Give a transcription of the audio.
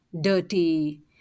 dirty